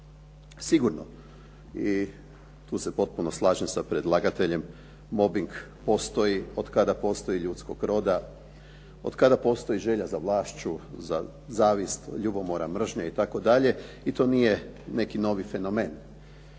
Sigurno i tu se potpuno slažem sa predlagateljem, mobing postoji otkada postoji ljudskog roda, otkada postoji želja za vlašću, zavist, ljubomora, mržnja itd. i to nije neki novi fenomen.